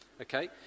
okay